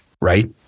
right